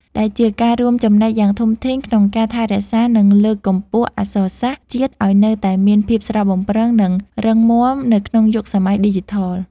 ដែលជាការរួមចំណែកយ៉ាងធំធេងក្នុងការថែរក្សា និងលើកកម្ពស់អក្សរសាស្ត្រជាតិឱ្យនៅតែមានភាពស្រស់បំព្រង និងរឹងមាំនៅក្នុងយុគសម័យឌីជីថល។